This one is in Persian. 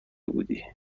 بودی